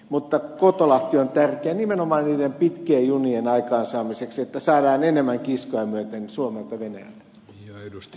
mutta kotolahti on tärkeä nimenomaan niiden pitkien junien aikaansaamiseksi että saadaan enemmän kiskoja myöten suomelta venäjälle